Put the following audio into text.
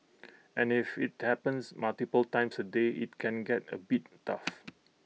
and if IT happens multiple times A day IT can get A bit tough